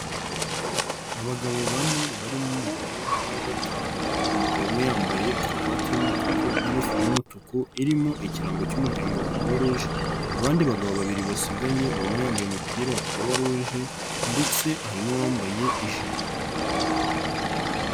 Abagabo bane barimo umugore umwe wa gatanu, umugabo umwe yambaye karuvati y'umutuku n'ingofero y'umutuku irimo ikirango cy'umuryango wa Croix rouge, abandi bagabo babiri basigagaye buri umwe yambaye umupira wa Crox rouge ndetse hari n'uwambaye ijire.